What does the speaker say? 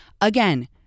Again